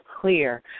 clear